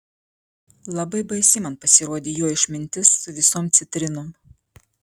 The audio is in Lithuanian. labai baisi man pasirodė jo išmintis su visom citrinom